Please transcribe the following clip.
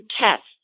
tests